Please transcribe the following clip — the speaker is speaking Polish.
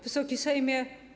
Wysoki Sejmie!